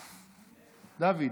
דוד.